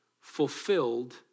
fulfilled